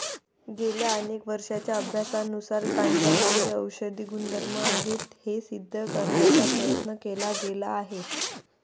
गेल्या अनेक वर्षांच्या अभ्यासानुसार गांजामध्ये औषधी गुणधर्म आहेत हे सिद्ध करण्याचा प्रयत्न केला गेला आहे